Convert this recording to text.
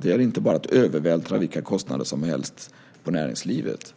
Det är inte bara att övervältra vilka kostnader som helst på näringslivet.